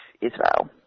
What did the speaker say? Israel